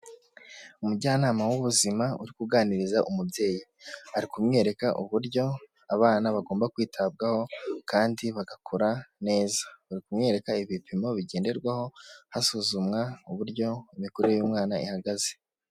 Umujyanama w'ubuzima uri kuganiriza umubyeyi, ari kumwereka uburyo abana bagomba kwitabwaho kandi bagakora neza, bari kumwereka ibipimo bigenderwaho hasuzumwa uburyo imikurire y'umwana ihagaze.